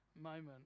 moment